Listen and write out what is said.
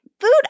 food